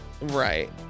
Right